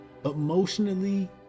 emotionally